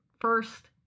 first